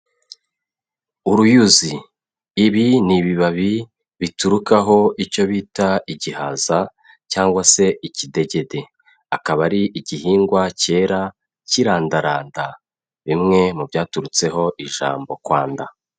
Uruyuzi ibi ni ibibabi biturukaho icyo bita igihaza cyangwag se ikidegede, akaba ari igihingwa cyera kirandaranda bimwe mu byaturutseho ijambo kwanda.